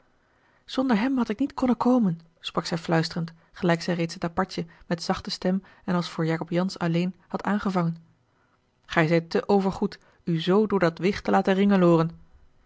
zonder hem had ik niet konnen komen sprak zij fluisterend gelijk zij reeds het apartje met zachte stem en als voor jacob jansz alleen had aangevangen ij zijt te overgoed u zoo door dat wicht te laten